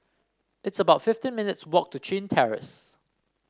it's about fifteen minutes' walk to Chin Terrace